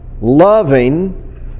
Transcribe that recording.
loving